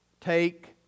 take